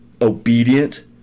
obedient